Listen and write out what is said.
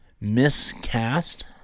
miscast